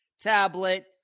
tablet